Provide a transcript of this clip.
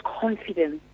confidence